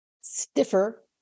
stiffer